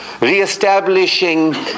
re-establishing